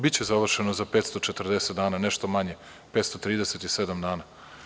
Biće završeno za 540 dana, nešto manje 537 dana.